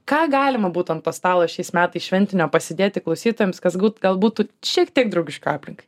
ką galima būtų ant to stalo šiais metais šventinio pasidėti klausytojams kas gūt gal būtų šiek tiek draugiška aplinkai